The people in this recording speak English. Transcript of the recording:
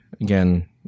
again